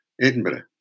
Edinburgh